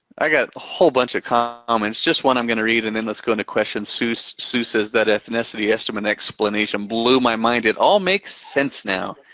i got a whole bunch of comments. just one i'm gonna read and then let's go into questions. sue so sue says, that ethnicity estimate explanation blew my mind, it all makes sense now.